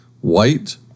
White